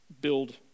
build